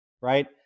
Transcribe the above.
right